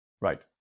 Right